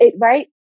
Right